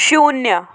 शून्य